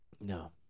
No